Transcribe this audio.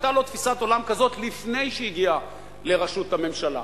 היתה לו תפיסת עולם כזו לפני שהגיע לראשות הממשלה.